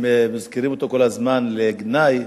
שמזכירים אותו כל הזמן לגנאי,